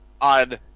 on